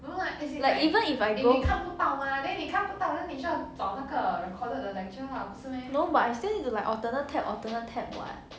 like even if I don't no but I still need to like alternate tab alternate tab [what]